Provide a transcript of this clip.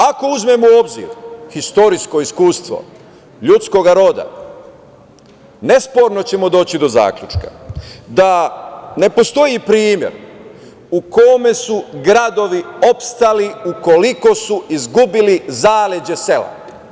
Ako uzmemo u obzir istorijsko iskustvo ljudskoj roda, nesporno ćemo doći do zaključka da ne postoji primer u kome su gradovi opstali ukoliko su izgubili zaleđe sela.